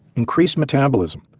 increased metabolism,